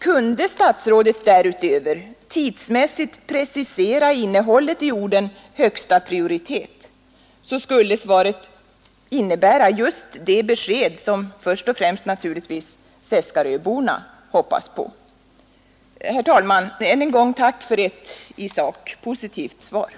Kunde statsrådet därutöver tidsmässigt precisera innehållet i orden ”högsta prioritet” skulle svaret kanske ge just det besked som framför allt Seskaröborna hoppas på. Än en gång tack för det i sak positiva svaret.